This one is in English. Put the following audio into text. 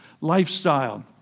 lifestyle